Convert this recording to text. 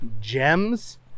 gems